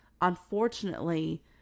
unfortunately